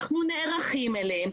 אנחנו נערכים אליהם,